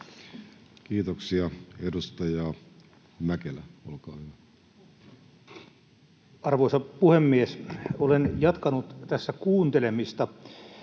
Kiitoksia. — Edustaja Mäkelä, olkaa hyvä. Arvoisa puhemies! Olen jatkanut tässä kuuntelemista.